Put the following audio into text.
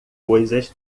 coisas